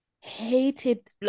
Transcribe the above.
hated